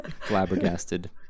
flabbergasted